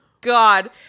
god